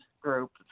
group